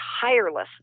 tireless